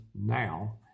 now